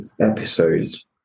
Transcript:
Episodes